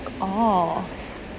off